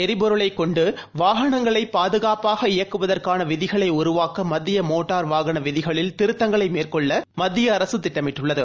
எரிபொருளைக் கொண்டுவாகனங்களைபாதுகாப்பாக ஹைட்ரஜன் இயக்குவதற்கானவிதிகளைஉருவாக்க மத்தியமோட்டார் வாகனவிதிகளில் திருத்தங்களைமேற்கொள்ளமத்திய அரசுதிட்டமிட்டுள்ளது